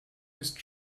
ist